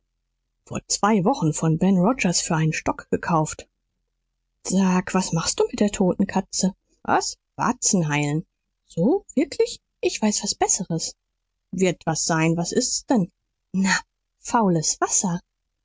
vor zwei wochen von ben rogers für einen stock gekauft sag was machst du mit der toten katze was warzen heilen so wirklich ich weiß was besseres wird was sein was ist's denn na faules wasser